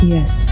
Yes